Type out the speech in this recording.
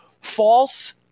False